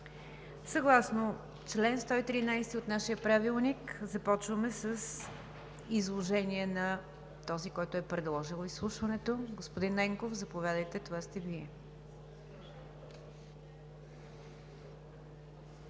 Съгласно чл. 113 от нашия правилник, започваме с изложение на този, който е предложил изслушването. Господин Ненков, заповядайте.